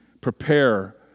prepare